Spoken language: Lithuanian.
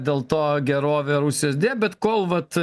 dėl to gerovė rusijos deja bet kol vat